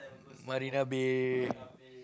Marina-Bay